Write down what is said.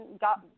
got